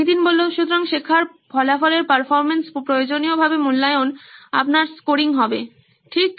নীতিন সুতরাং শেখার ফলাফলের পারফরম্যান্স প্রয়োজনীয়ভাবে মূল্যায়নে তোমার স্কোরিং হবে ঠিক